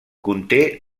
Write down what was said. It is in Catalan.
conté